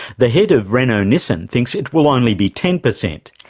the head of renault nissan thinks it will only be ten per cent.